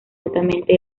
altamente